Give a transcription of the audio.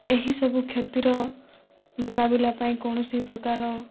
ଏହିସବୁ କ୍ଷତିର ମୁକାବିଲା ପାଇଁ କୌଣସି ପ୍ରକାର